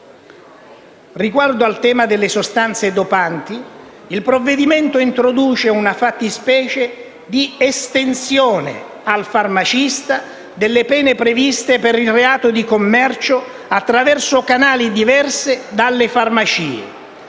Riguardo al tema delle sostanze dopanti il provvedimento introduce una fattispecie di estensione, al farmacista, delle pene previste per il reato di commercio attraverso canali diversi dalle farmacie